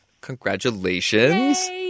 Congratulations